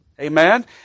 Amen